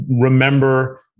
remember